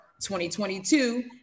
2022